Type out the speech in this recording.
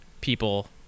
people